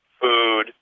food